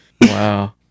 Wow